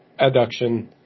adduction